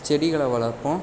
செடிகளை வளர்ப்போம்